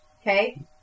Okay